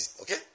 okay